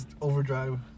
overdrive